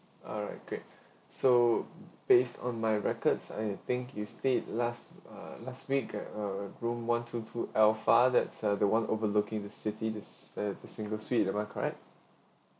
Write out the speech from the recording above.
alright great so based on my records I think you stayed last uh last week at uh room one two two alpha that's uh the one overlooking the city this uh the single suite am I correct